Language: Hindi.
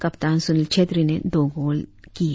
कप्तान सुनील छेत्री ने दो गोल किए